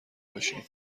باشین